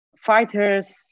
fighters